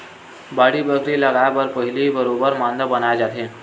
बाड़ी बखरी लगाय बर पहिली बरोबर मांदा बनाए जाथे